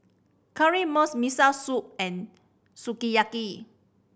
Currywurst Miso Soup and Sukiyaki